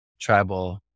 tribal